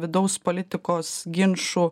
vidaus politikos ginčų